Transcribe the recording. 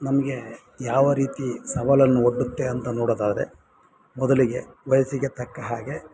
ನಮಗೆ ಯಾವ ರೀತಿ ಸವಾಲನ್ನು ಒಡ್ಡುತ್ತೆ ಅಂತ ನೋಡೋದಾದರೆ ಮೊದಲಿಗೆ ವಯಸ್ಸಿಗೆ ತಕ್ಕ ಹಾಗೆ